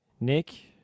Nick